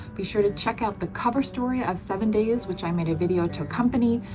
be sure to check out the cover story of seven days which i made a video to accompany,